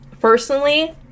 personally